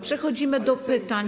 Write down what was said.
Przechodzimy do pytań.